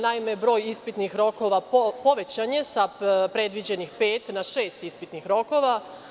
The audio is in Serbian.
Naime, broj ispitnih rokova povećan je sa predviđenih pet na šest ispitnih rokova.